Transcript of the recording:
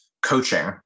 coaching